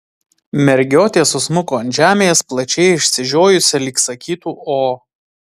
mergiotė susmuko ant žemės plačiai išsižiojusi lyg sakytų o